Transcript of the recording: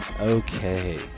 Okay